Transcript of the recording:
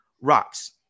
rocks